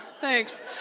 Thanks